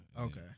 Okay